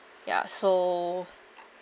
ya so